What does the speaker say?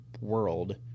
world